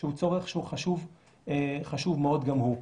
שהוא צורך שהוא חשוב מאוד גם הוא.